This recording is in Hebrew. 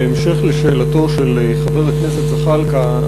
בהמשך לשאלתו של חבר הכנסת זחאלקה,